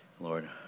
Lord